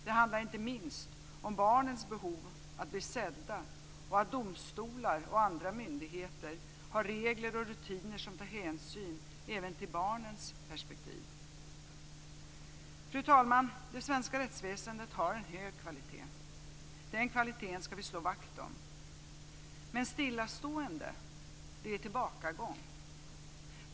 Det handlar inte minst om barnens behov av att bli sedda och att domstolar och andra myndigheter har regler och rutiner som tar hänsyn även till barnens perspektiv. Fru talman! Det svenska rättsväsendet har en hög kvalitet. Den kvaliteten ska vi slå vakt om. Men stillastående är tillbakagång.